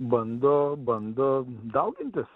bando bando daugintis